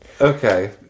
okay